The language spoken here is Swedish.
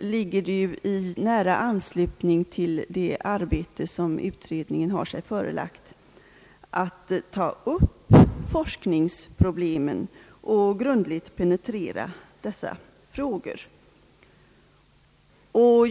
ligger det i nära anslutning till det arbete som utredningen har sig förelagt att ta upp forskningsproblemen och grundligt penetrera dessa frågor.